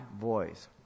voice